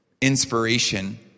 inspiration